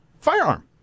firearm